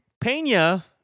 Pena